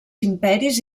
imperis